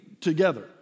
together